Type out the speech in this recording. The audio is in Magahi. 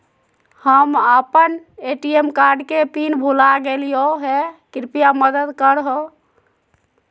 हम अप्पन ए.टी.एम कार्ड के पिन भुला गेलिओ हे कृपया मदद कर हो